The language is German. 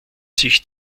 sich